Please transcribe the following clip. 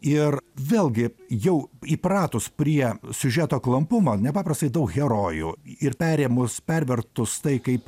ir vėlgi jau įpratus prie siužeto klampumo nepaprastai daug herojų ir perėmus pervertus tai kaip